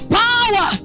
power